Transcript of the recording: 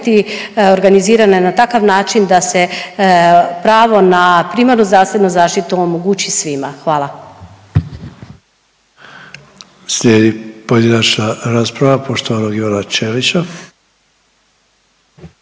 organizirane na takav način da se pravo na primarnu zdravstvenu zaštitu omogući svima. Hvala.